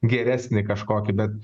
geresnį kažkokį bet